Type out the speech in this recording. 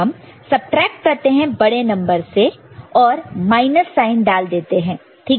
तो हम सबट्रैक्ट करते हैं बड़े नंबर से और माइनस साइन डाल देते हैं ठीक है